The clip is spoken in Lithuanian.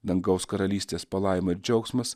dangaus karalystės palaima ir džiaugsmas